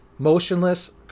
motionless